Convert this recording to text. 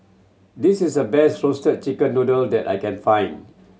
this is the best Roasted Chicken Noodle that I can find